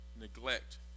neglect